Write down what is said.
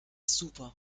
super